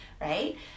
right